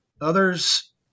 Others